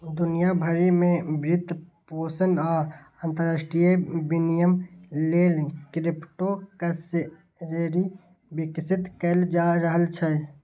दुनिया भरि मे वित्तपोषण आ अंतरराष्ट्रीय विनिमय लेल क्रिप्टोकरेंसी विकसित कैल जा रहल छै